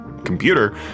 computer